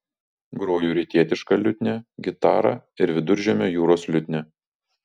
groju rytietiška liutnia gitara ir viduržemio jūros liutnia